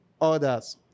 others